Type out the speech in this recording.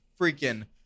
freaking